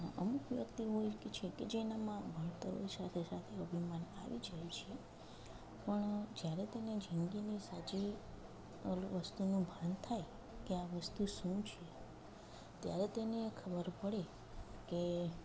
અમુક વ્યક્તિ હોય છે કે જેનામાં ભણતરની સાથે સાથે અભિમાન આવી જાય છે પણ જ્યારે તેને જિંદગીની સાચી પેલું વસ્તુનું ભાન થાય કે આ વસ્તુ શું છે ત્યારે તેને ખબર પડે કે